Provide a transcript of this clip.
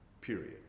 period